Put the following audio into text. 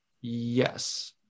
Yes